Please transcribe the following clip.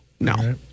No